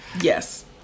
Yes